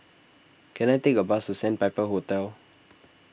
can I take a bus to Sandpiper Hotel